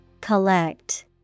Collect